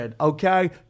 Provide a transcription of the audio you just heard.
okay